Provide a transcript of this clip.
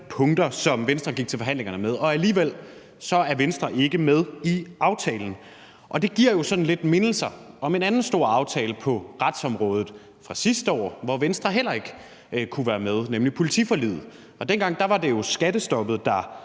punkter, som Venstre gik til forhandlingerne med, men alligevel er Venstre ikke med i aftalen. Det giver jo sådan lidt mindelser om en anden stor aftale på retsområdet fra sidste år, hvor Venstre heller ikke kunne være med, nemlig politiforliget. Dengang var det jo skattestoppet, der